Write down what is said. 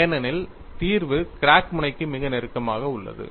ஏனெனில் தீர்வு கிராக் முனைக்கு மிக நெருக்கமாக உள்ளது